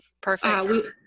Perfect